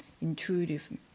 intuitive